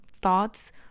thoughts